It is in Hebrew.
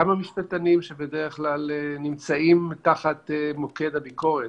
גם המשפטנים שבדרך כלל נמצאים תחת מוקד הביקורת,